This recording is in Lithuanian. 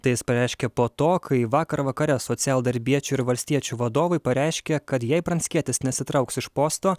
tai jis pareiškė po to kai vakar vakare socialdarbiečių ir valstiečių vadovai pareiškė kad jei pranckietis nesitrauks iš posto